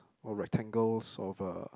or rectangles of a